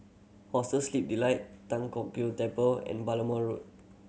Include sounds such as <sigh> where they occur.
Hostel Sleep Delight Tan Kong <unintelligible> Temple and Balmoral Road